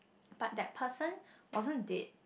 but that person wasn't dead